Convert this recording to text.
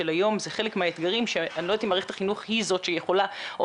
היחס הוא ברור.